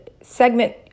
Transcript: segment